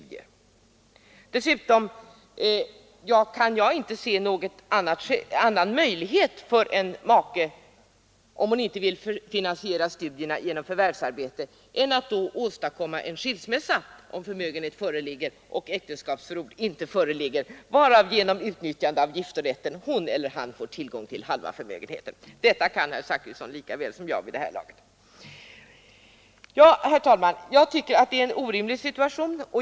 Dessutom kan jag inte se någon annan möjlighet för maka — om hon inte vill finansiera studierna genom förvärvsarbete — än att ordna med skilsmässa, om det finns förmögenhet men man inte har något äktenskapsförord. Då får hon genom utnyttjande av giftorätten tillgång till halva förmögenheten. De här sakerna kan herr Zachrisson lika bra som jag vid det här laget. Det är, herr talman, en orimlig situation.